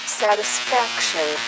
satisfaction